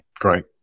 Great